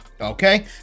Okay